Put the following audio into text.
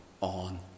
on